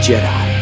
Jedi